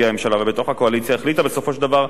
החליטה בסופו של דבר להוסיף שני נציגי